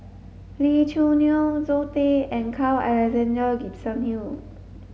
Lee Choo Neo Zoe Tay and Carl Alexander Gibson Hill